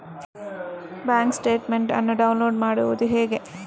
Bank statement ಅನ್ನು download ಮಾಡುವುದು ಹೇಗೆ?